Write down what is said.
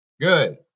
Good